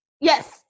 Yes